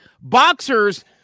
Boxers